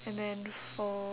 and then for